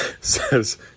says